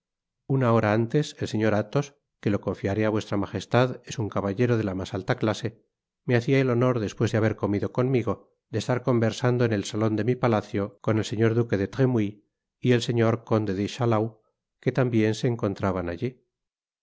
una hora antes el señor athos que lo confiaré á v m es un caballero de la mas alta clase me hacia el honor despues de haber comido conmigo de estar conversando en el salon de mi palacio con el señor duque de tremouille y el señor conde de chalaus que tambien se encontraban alli